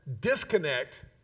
disconnect